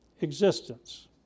existence